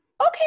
okay